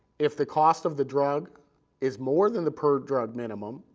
if the cost of the drug is more than the per drug minimum,